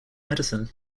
medicine